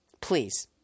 Please